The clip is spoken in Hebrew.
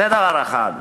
זה דבר אחד.